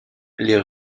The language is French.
les